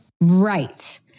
Right